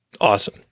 Awesome